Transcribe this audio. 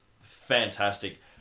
fantastic